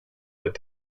where